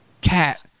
cat